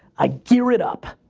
i gear it up.